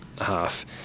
half